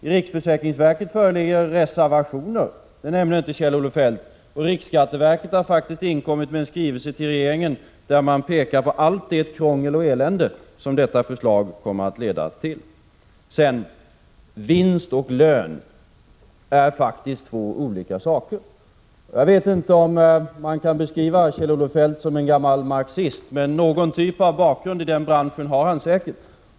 I riksförsäkringsverket föreligger reservationer — det nämnde inte Kjell-Olof Feldt — och riksskatteverket har faktiskt inkommit med en skrivelse till regeringen där man pekar på allt det krångel och elände som detta förslag kommer att leda till. Vinst och lön är faktiskt två olika saker. Jag vet inte om man kan beskriva Kjell-Olof Feldt som en gammal marxist, men någon typ av bakgrund i den branschen har han säkert.